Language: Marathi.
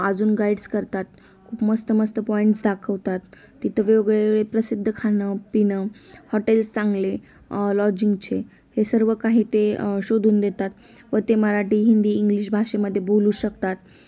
अजून गाड्स करतात खूप मस्त मस्त पॉईंट्स दाखवतात तिथं वेगळेवेगळे प्रसिद्ध खाणंपिणं हॉटेल्स चांगले लॉजिंगचे हे सर्व काही ते शोधून देतात व ते मराठी हिंदी इंग्लिश भाषेमध्ये बोलू शकतात